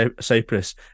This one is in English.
Cyprus